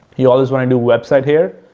you always want to do website here,